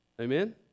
Amen